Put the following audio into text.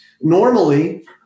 Normally